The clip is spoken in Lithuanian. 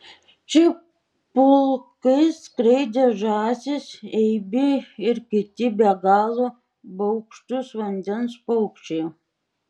čia pulkais skraidė žąsys ibiai ir kiti be galo baugštūs vandens paukščiai